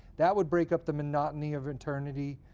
that would break up the monotony of eternity.